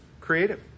creative